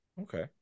Okay